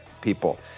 people